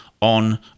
on